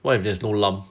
what if there's no lump